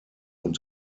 und